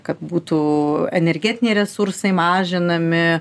kad būtų energetiniai resursai mažinami